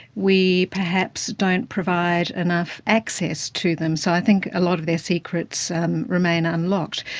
we perhaps don't provide enough access to them, so i think a lot of their secrets um remain unlocked,